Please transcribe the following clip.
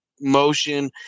motion